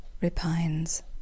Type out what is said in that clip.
repines